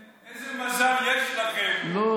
איזה מזל יש לכם שאני נשארתי באולם לכבודכם,